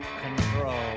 control